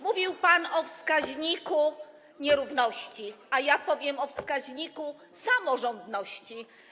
Mówił pan o wskaźniku nierówności, a ja powiem o wskaźniku samorządności.